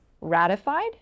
ratified